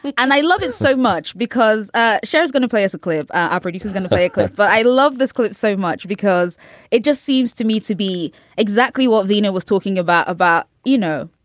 and i love it so much because ah she was going to play as a clear operative who's going to play a clip. but i love this clip so much because it just seems to me to be exactly what vina was talking about, about, you know,